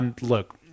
Look